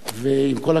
עם כל הכבוד,